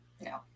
No